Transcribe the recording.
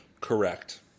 Correct